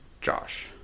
Josh